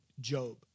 Job